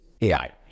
AI